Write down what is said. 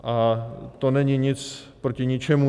A to není nic proti ničemu.